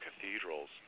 cathedrals